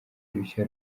rushya